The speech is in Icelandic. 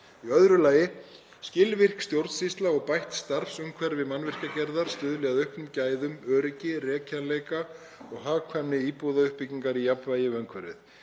stöðug. 2. Skilvirk stjórnsýsla og bætt starfsumhverfi mannvirkjagerðar stuðli að auknum gæðum, öryggi, rekjanleika og hagkvæmni íbúðauppbyggingar í jafnvægi við umhverfið.